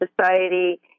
society